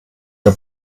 der